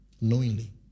Knowingly